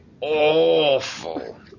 awful